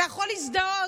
אתה יכול להזדהות,